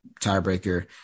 tiebreaker